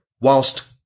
whilst